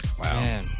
Wow